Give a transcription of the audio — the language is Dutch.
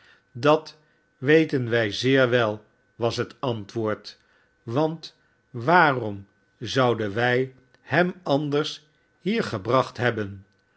s weten wij zeer wel was het antwoord want waarom zouden wij zxtw g eb ac ht